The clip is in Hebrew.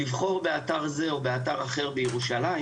לבחור באתר זה או אתר אחר בירושלים